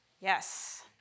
Yes